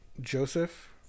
Joseph